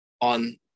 on